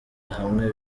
hamwe